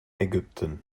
ägypten